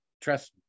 trust